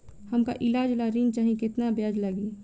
हमका ईलाज ला ऋण चाही केतना ब्याज लागी?